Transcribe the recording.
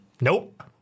Nope